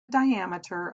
diameter